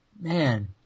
man